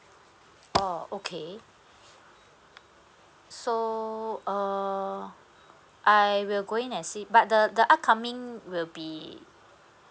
oh okay so err I will going as it but the the upcoming will be